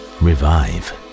revive